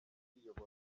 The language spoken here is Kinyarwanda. kwiyobora